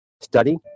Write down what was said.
Study